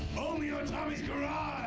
only on tommy's garage!